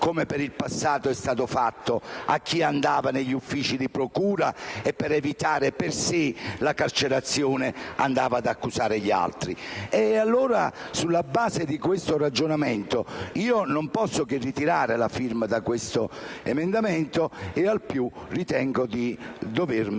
come per il passato è stato fatto, a chi va negli uffici di procura e, per evitare per sé la carcerazione, accusava gli altri. Sulla base di questo ragionamento, non posso che ritirare la firma dall'emendamento 1.342 ed al più ritengo di dovermi